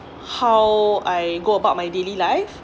how I go about my daily life